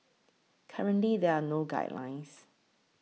currently there are no guidelines